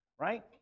right